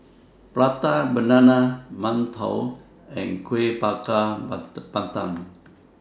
Prata Banana mantou and Kuih Bakar Pandan